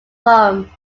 roam